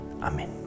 Amen